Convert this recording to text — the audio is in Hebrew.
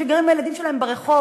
שגרים עם הילדים שלהם ברחוב,